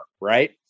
right